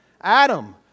Adam